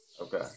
Okay